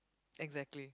exactly